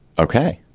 ok,